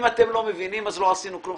אם אתם לא מבינים אז לא עשינו כלום,